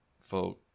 folk